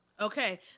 okay